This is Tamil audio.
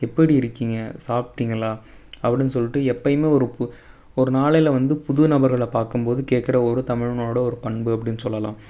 எப்படி இருக்கீங்க சாப்பிட்டிங்களா அப்படின்னு சொல்லிட்டு எப்பயுமே ஒரு புது ஒரு நாளில் வந்து புது நபர்களை பார்க்கும் போது கேட்கற ஒரு தமிழனோட ஒரு பண்பு அப்படின்னு சொல்லலாம்